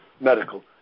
medical